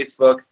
Facebook